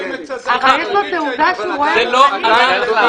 יש לו תעודה שהוא רועה רוחני?